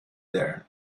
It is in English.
there